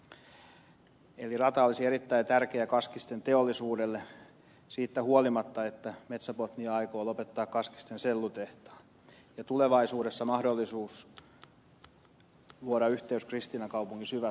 eli rata olisi erittäin tärkeä kaskisten teollisuudelle siitä huolimatta että metsä botnia aikoo lopettaa kaskisten sellutehtaan ja tulevaisuudessa mahdollisuus luoda yhteys kristiinankaupungin syvä